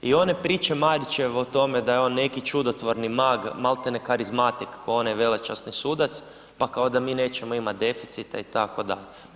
I one priče Marićeve o tome da je on neki čudotvorni mag, maltene karizmatik kao onaj velečasni Sudac, pa kao da mi nećemo imati deficita i tako da.